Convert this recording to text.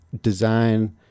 design